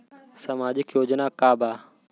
सामाजिक योजना का बा?